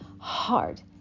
hard